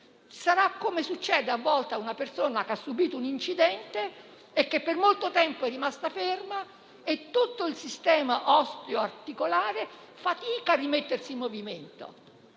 sarà come succede, a volte, a una persona che ha subìto un incidente e che per molto tempo è rimasta ferma, per cui tutto il sistema osteoarticolare fatica a mettersi in movimento.